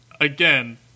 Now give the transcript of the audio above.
Again